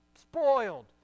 spoiled